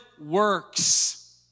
works